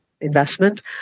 investment